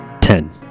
Ten